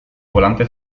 volante